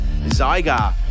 Zygar